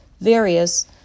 various